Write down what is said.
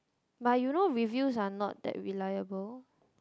but you know reviews are not that reliable